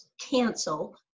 cancel